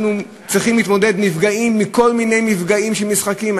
אנחנו צריכים להתמודד עם כל מיני מפגעים של משחקים.